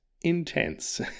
intense